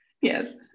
Yes